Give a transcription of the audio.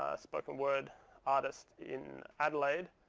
ah spoken word artist in adelaide.